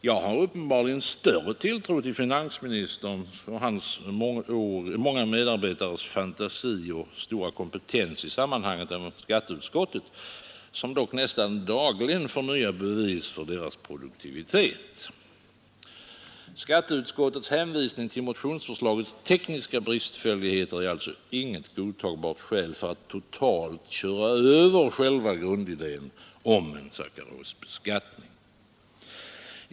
Jag har uppenbarligen större tilltro till finansministerns och hans många medarbetares fantasi och stora kompetens i sammanhanget än skatteutskottet, som dock nästan dagligen får nya bevis för deras produktivitet. Skatteutskottets hänvisning till motionsförslagets tekniska bristfälligheter är alltså inget godtagbart skäl för att totalt köra över själva grundidén om en sackarosbeskattning.